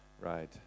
right